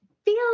feel